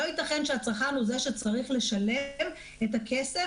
לא ייתכן שהצרכן הוא זה שצריך לשלם את הכסף